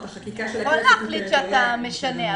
אתה יכול להחליט שאתה משנה,